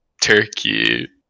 turkey